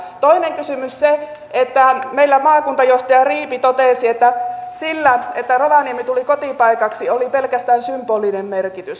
toinen kysymys liittyy siihen että meillä maakuntajohtaja riipi totesi että sillä että rovaniemi tuli kotipaikaksi oli pelkästään symbolinen merkitys